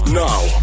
now